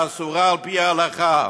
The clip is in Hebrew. האסורה על פי ההלכה.